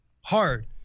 hard